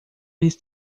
eles